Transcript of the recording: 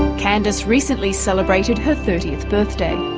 candice recently celebrated her thirtieth birthday.